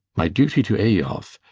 my duty to eyolf.